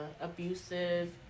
abusive